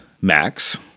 Max